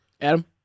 Adam